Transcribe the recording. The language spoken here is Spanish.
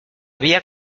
vía